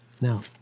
now